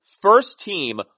first-team